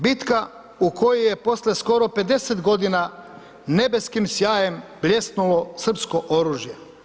Bitka u kojoj je poslije skoro 50 godina nebeskim sjajem bljesnulo srpsko oružje.